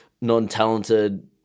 non-talented